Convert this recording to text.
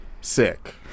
sick